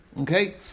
Okay